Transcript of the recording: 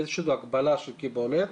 יש הגבלה של קיבולת.